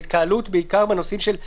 וזה ההתקהלות בעיקר בנושאים של תפילה,